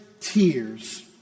tears